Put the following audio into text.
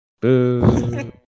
Boo